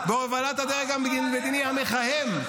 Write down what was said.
בהובלת הדרג המדיני המכהן.